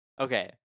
Okay